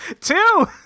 Two